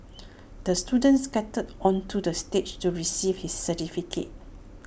the student skated onto the stage to receive his certificate